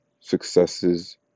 successes